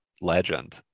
legend